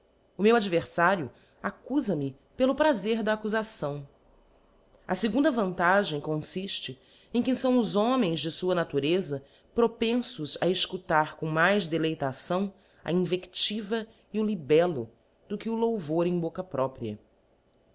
o meu adverfarío accuia me pelo prazer da accufação a jegunda vantagem confille em que lao os homens de fua natureza propenlbs a eicutar com mais deleitação a invectiva e o libello do que o louvor em bocca própria